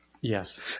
yes